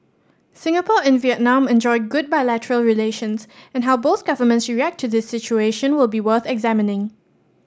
Singapore and Vietnam enjoy good bilateral relations and how both governments react to this situation will be worth examining